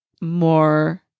more